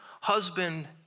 Husband